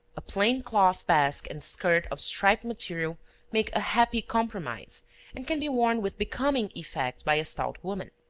a plain cloth basque and skirt of striped material make a happy compromise and can be worn with becoming effect by a stout woman.